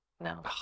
no